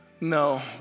No